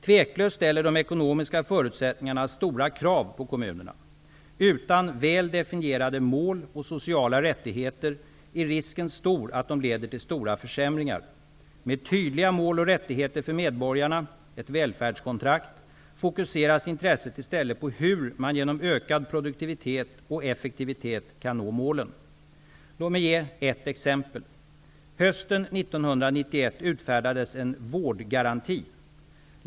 Tveklöst ställer de ekonomiska förutsättningarna stora krav på kommunerna. Utan väl definierade mål och sociala rättigheter är risken stor att de leder till stora försämringar. Med tydliga mål och rättigheter för medborgarna -- ett välfärdskontrakt -- fokuseras intresset i stället på hur man genom ökad produktivitet och effektivitet kan nå målen. Låt mig ge ett exempel. Hösten 1991 utfärdades en vårdgaranti.